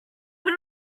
but